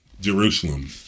Jerusalem